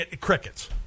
crickets